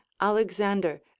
alexander